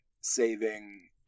saving